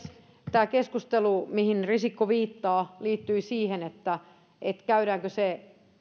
tämä keskustelu mihin risikko viittaa liittyi siihen käydäänkö se